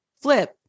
flip